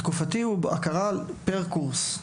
התקופתי הוא הכרה פר קורס.